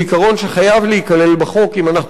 הוא עיקרון שחייב להיכלל בחוק אם אנחנו לא רוצים